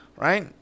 Right